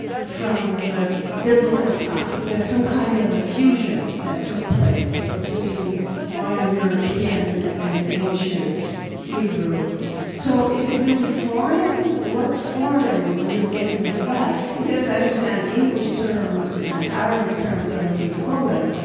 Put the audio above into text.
from the biblical times. there's some kind of a fusion that took place between modern european and ancient hebrew so is it really foreign? what's foreign when you're looking at that? yes, i understand english terms and arabic terms are indeed foreign.